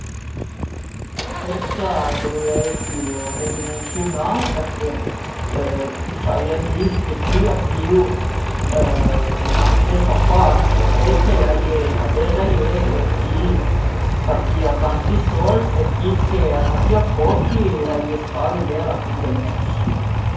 La richëssa a dëvrìa esi ridimensiunà perché a sarìa giüst che tüi a pìu 'na stesa part ënvece a ie ades a ie chi ch'a pìa tantin sold e chi ch'a ën pìa pochi e a ries pa arivé a la fin dël mes